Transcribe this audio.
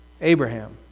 Abraham